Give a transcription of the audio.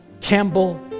Campbell